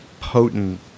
potent